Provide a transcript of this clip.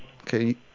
Okay